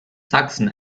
sachsen